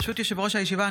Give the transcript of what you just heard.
ברשות יושב-ראש הישיבה,